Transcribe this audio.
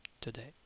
today